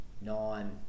nine